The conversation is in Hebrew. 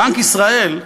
בנק ישראל,